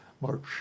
March